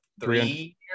three